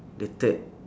the third